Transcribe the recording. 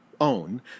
own